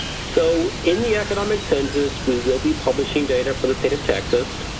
so in the economic census we will be publishing data for the state of texas.